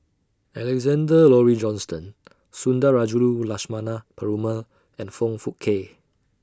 Alexander Laurie Johnston Sundarajulu Lakshmana Perumal and Foong Fook Kay